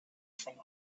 from